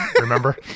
remember